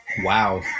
Wow